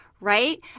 right